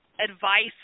advice